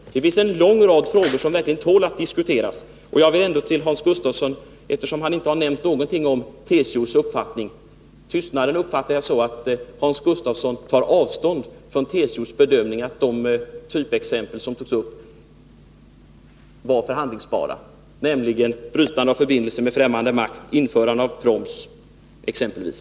Det finns en lång rad frågor som verkligen tål att diskuteras. Eftersom Hans Gustafsson slutligen inte har nämnt någonting om TCO:s uppfattning, vill jag säga att jag uppfattat hans tystnad så, att han tar avstånd från TCO:s bedömning att de typexempel som togs upp var förhandlingsbara, exempelvis brytande av förbindelser med främmande makt och införande av proms.